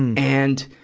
and,